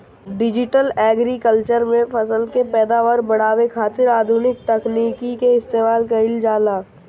digital agriculture में फसल के पैदावार बढ़ावे खातिर आधुनिक तकनीकी के इस्तेमाल कईल जाला